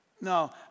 No